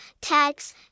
tags